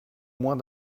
moins